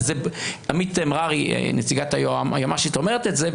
עמית מררי נציגת היועמ"ש אומרת את זה,